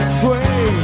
sway